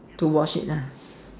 to wash it lah